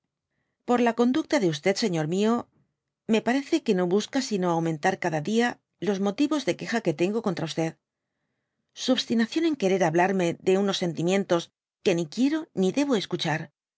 oa la conducta de q señor mió me parece que no busca sino aumentar cada dia los motivos de queja que tengo contra su obstinación en querer hablarme de uno sentimientos que ni quiero ni debo escuchar